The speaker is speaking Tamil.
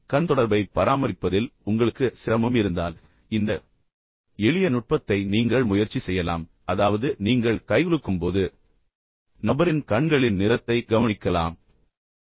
கண் தொடர்பைப் பராமரிப்பதில் உங்களுக்கு சிரமம் இருந்தால் இந்த எளிய நுட்பத்தை நீங்கள் முயற்சி செய்யலாம் அதாவது நீங்கள் கைகுலுக்கும்போது நபரின் கண்களின் நிறத்தைக் கவனிப்பதிலும் நினைவில் கொள்வதிலும் கவனம் செலுத்தலாம்